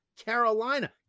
Carolina